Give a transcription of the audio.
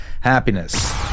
Happiness